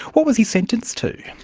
what was he sentenced to?